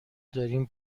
داریم